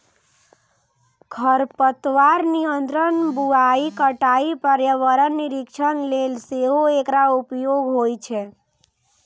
खरपतवार नियंत्रण, बुआइ, कटाइ, पर्यावरण निरीक्षण लेल सेहो एकर प्रयोग होइ छै